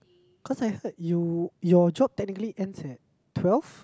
cause I heard you your job technically ends at twelve